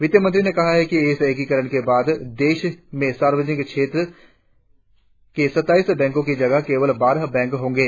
वित्तमंत्री ने कहा कि इस एकीकरण के बाद देश में सार्वजनिक क्षेत्र के सत्ताईस बैंको की जगह केवल बारह बैंक होंगे